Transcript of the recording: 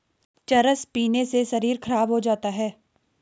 चरस पीने से शरीर खराब हो जाता है